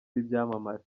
b’ibyamamare